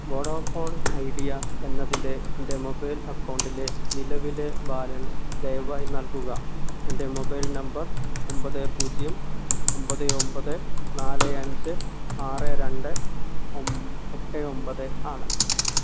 Vodafone Idea എന്നതിലെ എൻ്റെ mobile അക്കൗണ്ടിലെ നിലവിലെ ബാലൻസ് ദയവായി നൽകുക എൻ്റെ മൊബൈൽ നമ്പർ ഒമ്പത് പൂജ്യം ഒമ്പത് ഒമ്പത് നാല് അഞ്ച് ആറ് രണ്ട് എട്ട് ഒമ്പത് ആണ്